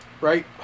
Right